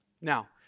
Now